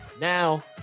Now